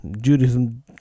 Judaism